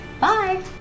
Bye